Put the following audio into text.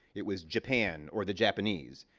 it was japan or the japanese.